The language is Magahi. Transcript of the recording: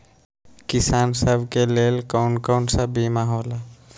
किसान सब के लेल कौन कौन सा बीमा होला?